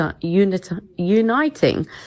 uniting